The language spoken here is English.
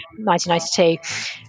1992